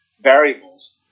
variables